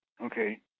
Okay